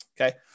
Okay